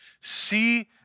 see